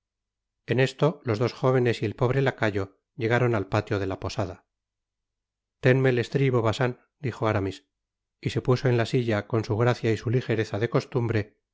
en eato los dos jóvenes y el pobre lacayo llegaron al patio de la posada ténme el estribo bacín dijo aramis y se puso en la silla con su gracia y su ligereza de costumbre